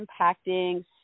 impacting